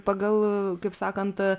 pagal kaip sakant